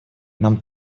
нам